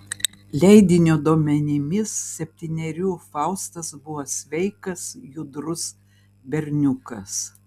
leidinio duomenimis septynerių faustas buvo sveikas judrus berniukas